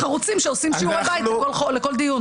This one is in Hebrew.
חברי הכנסת החרוצים, שעושים שיעורי בית בכל דיון.